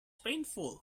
painful